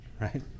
right